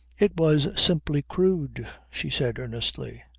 it was simply crude, she said earnestly.